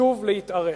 שוב להתארך,